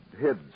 hid